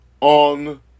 on